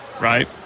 Right